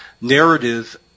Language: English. narrative